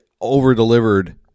over-delivered